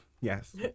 yes